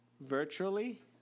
virtually